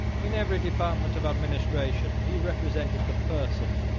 in every department of administration, he represented the person,